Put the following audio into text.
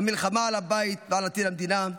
המלחמה על הבית ועל עתיד המדינה,